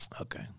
Okay